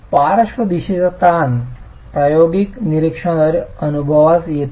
पार्श्व दिशेचा ताण प्रायोगिक निरीक्षणाद्वारे अनुभवानुसार येतो